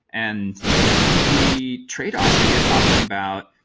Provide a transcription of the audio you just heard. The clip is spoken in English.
and the trade-offs that you're talking about,